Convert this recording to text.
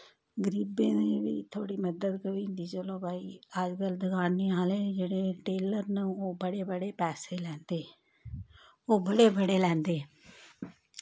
गरीबें दी बी थोह्ड़ी मदद होई जंदी चलो भाई अज्ज कल दकाने आह्ले न जेह्ड़े टेलर न ओह् बड़े बड़े पैसे लैंदे ओह् बड़े बड़े लैंदे